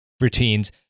routines